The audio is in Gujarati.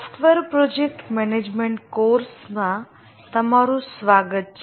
સોફ્ટવૅર પ્રોજેક્ટ મેનેજમેન્ટ કોર્સ માં તમારુ સ્વાગત છે